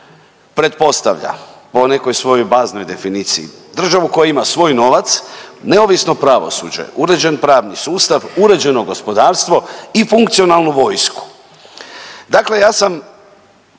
pretpostavlja po nekoj svojoj baznoj definiciji državu koja ima svoj novac, neovisno pravosuđe, uređen pravni sustav, uređeno gospodarstvo i funkcionalnu vojsku. Dakle, ja sam